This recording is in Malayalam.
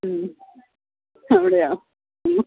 മ്മ് അവിടെയോ മ്മ്